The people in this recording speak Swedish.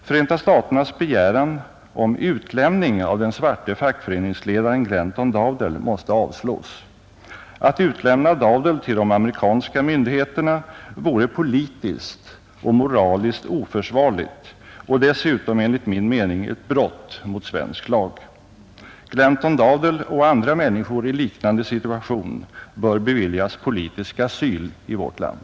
Förenta staternas förhandlingar Dowdell måste avslås. Att utlämna Dowdell till de amerikanska myndig heterna vore politiskt och moraliskt oförsvarligt och dessutom enligt min mening ett brott mot svensk lag. Glanton Dowdell och andra människor i liknande situation bör beviljas politisk asyl i vårt land.